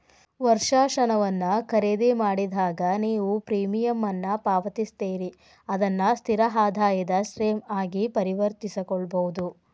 ವರ್ಷಾಶನವನ್ನ ಖರೇದಿಮಾಡಿದಾಗ, ನೇವು ಪ್ರೇಮಿಯಂ ಅನ್ನ ಪಾವತಿಸ್ತೇರಿ ಅದನ್ನ ಸ್ಥಿರ ಆದಾಯದ ಸ್ಟ್ರೇಮ್ ಆಗಿ ಪರಿವರ್ತಿಸಕೊಳ್ಬಹುದು